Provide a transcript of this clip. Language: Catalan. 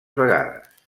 vegades